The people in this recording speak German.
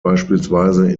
beispielsweise